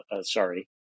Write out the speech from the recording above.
sorry